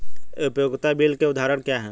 उपयोगिता बिलों के उदाहरण क्या हैं?